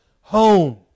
home